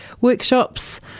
workshops